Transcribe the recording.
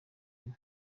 ine